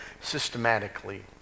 systematically